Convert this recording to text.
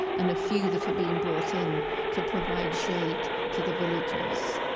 and a few that had been brought in to provide shade to the villagers.